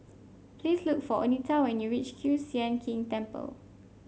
please look for Oneta when you reach Kiew Sian King Temple